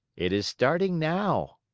it is starting now.